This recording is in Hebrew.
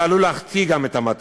שעלול גם להחטיא את המטרה.